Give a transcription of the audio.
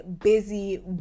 busy